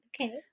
okay